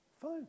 fine